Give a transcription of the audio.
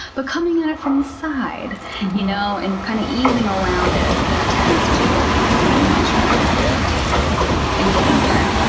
but coming at it from the side you know and kind of easing around it, that tends to be much more effective in getting there.